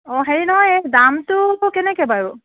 অ হেৰি নহয় এই দামটো কেনেকৈ বাৰু